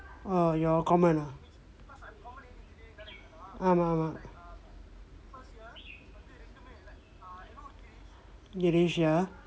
oh your common ah ஆமாம் ஆமாம்:aamaam aamaam kilesh ya